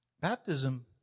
baptism